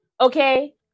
okay